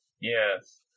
Yes